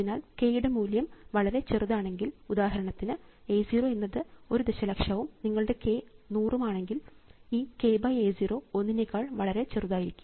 അതിനാൽ k യുടെ മൂല്യം വളരെ ചെറുതാണെങ്കിൽ ഉദാഹരണത്തിന് A 0 എന്നത് ഒരു ദശലക്ഷവും നിങ്ങളുടെ k നൂറും ആണെങ്കിൽ ഈ k A 0 ഒന്നിനേക്കാൾ വളരെ ചെറുതായിരിക്കും